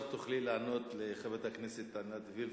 עכשיו תוכלי לענות לחברת הכנסת עינת וילף,